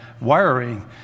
wiring